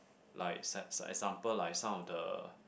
like sets example like some of the